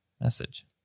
Message